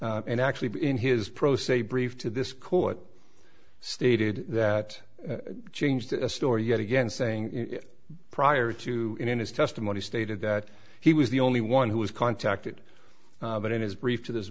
a and actually in his pro se brief to this court stated that changed a story yet again saying in prior to in his testimony stated that he was the only one who was contacted but in his brief to this